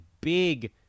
big